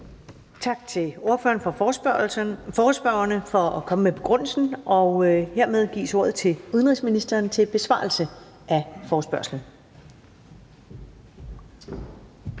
for forespørgerne for at komme med begrundelsen, og hermed gives ordet til udenrigsministeren til besvarelse af forespørgslen